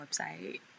website